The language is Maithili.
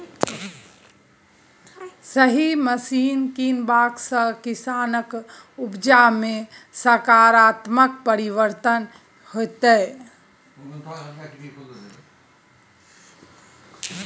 सही मशीन कीनबाक सँ किसानक उपजा मे सकारात्मक परिवर्तन हेतै